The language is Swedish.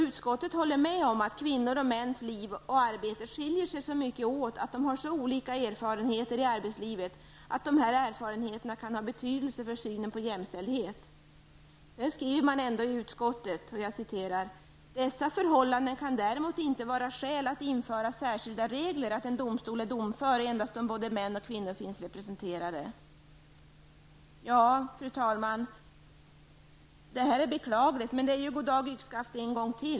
Utskottet håller med om att kvinnors och mäns liv och arbete skiljer sig så mycket åt och att de har så olika erfarenheter i arbetslivet att dessa erfarenheter kan ha betydelse för synen på jämställdhet. Sedan skriver utskottet ändå: ''Dessa förhållanden kan däremot inte vara skäl att införa särskilda regler att en domstol är domför endast om både män och kvinnor finns representerade.'' Ja, fru talman, det är goddag -- yxskaft igen.